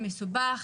מסובך,